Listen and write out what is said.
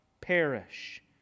perish